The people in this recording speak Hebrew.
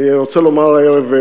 אני רוצה לומר הערב,